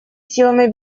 силами